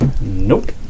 nope